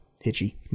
hitchy